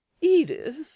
Edith